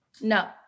No